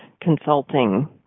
consulting